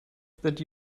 that